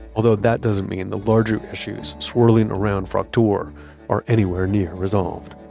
although that doesn't mean the larger issues swirling around fraktur are anywhere near resolved